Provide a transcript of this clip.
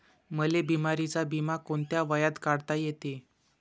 मले बिमारीचा बिमा कोंत्या वयात काढता येते?